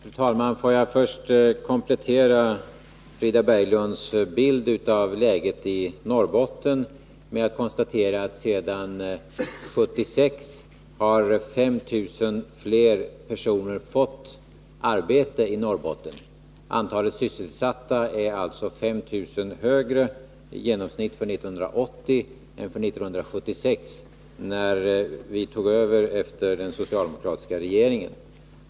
Fru talman! Får jag först komplettera Frida Berglunds bild av läget i Norrbotten med att konstatera, att sedan 1976 har 5 000 fler personer fått arbete i Norrbotten än tidigare. Antalet sysselsatta är alltså 5 000 högre i genomsnitt för 1980 än för 1976, när vi tog över efter den socialdemokratiska regeringen.